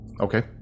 Okay